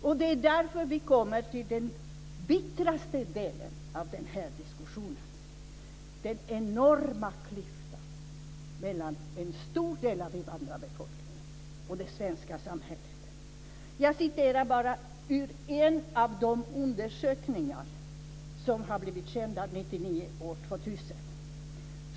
Och det därför vi kommer till den bittraste delen av den här diskussionen, den enorma klyftan mellan en stor del av invandrarbefolkningen och det svenska samhället. Jag kan bara läsa ur en av de undersökningar som har blivit kända 1999-2000.